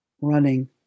Running